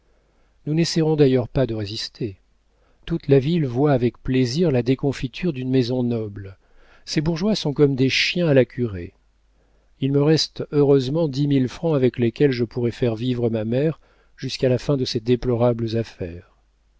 nous n'essaierons d'ailleurs pas de résister toute la ville voit avec plaisir la déconfiture d'une maison noble ces bourgeois sont comme des chiens à la curée il me reste heureusement dix mille francs avec lesquels je pourrai faire vivre ma mère jusqu'à la fin de ces déplorables affaires